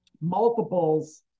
multiples